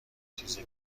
چیزی